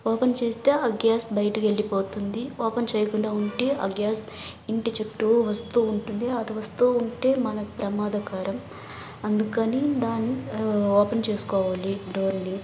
open చేస్తే ఆ gas బయటకి వెళ్ళిపోతుంది ఓపెన్ చేయకుండా ఉంటే ఆ గ్యాస్ ఇంటి చుట్టూ వస్తూ ఉంటుంది అది వస్తూ ఉంటే మనకి ప్రమాదకరం అందుకని దాన్ని ఓపెన్ చేసుకోవాలి డోర్ని